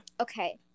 Okay